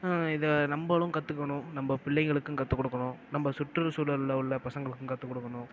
இதை நம்மளும் கற்றுக்கணும் நம்ம பிள்ளைகளுக்கும் கற்றுக் கொடுக்குணும் நம்ம சுற்று சூழலில் உள்ள பசங்களுக்கும் கற்றுக் கொடுக்கணும்